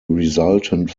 resultant